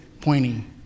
pointing